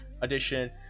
Edition